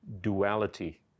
duality